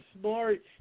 smart